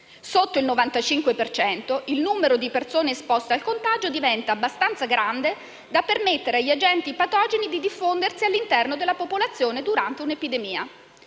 Sotto il 95 per cento, il numero di persone esposte al contagio diventa abbastanza elevato da permettere agli agenti patogeni di diffondersi all'interno della popolazione durante un'epidemia.